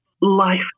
life